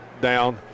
down